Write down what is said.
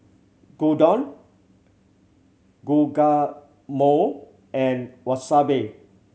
Gyudon Guacamole and Wasabi